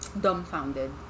dumbfounded